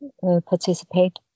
participate